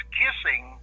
kissing